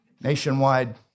Nationwide